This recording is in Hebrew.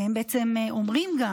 והם בעצם גם אומרים: